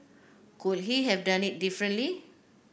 could he have done it differently